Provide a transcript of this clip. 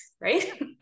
right